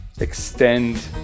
extend